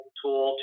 tool